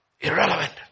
Irrelevant